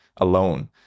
alone